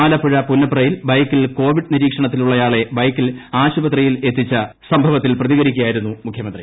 ആലപ്പുഴ പുന്നപ്രയിൽ കോവിഡ് നിരീക്ഷണത്തിലുളയാളെ ബൈക്കിൽ ആശുപത്രിയിലെത്തിച്ച സംഭവത്തിൽ പ്രതികരിക്കുകയായിരുന്നു മുഖ്യമന്ത്രി